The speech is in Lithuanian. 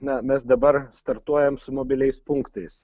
na mes dabar startuojam su mobiliais punktais